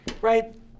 right